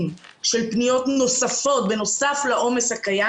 של פניות נוספות בנוסף לעומס הקיים.